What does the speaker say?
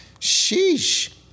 Sheesh